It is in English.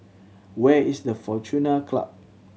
where is the Fortuna Club